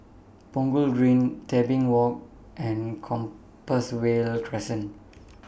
Punggol Green Tebing Walk and Compassvale Crescent